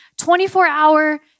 24-hour